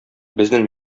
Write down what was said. безнең